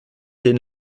den